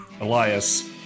Elias